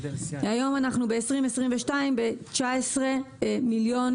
היום, ב-2022, אנחנו ב-19 מיליון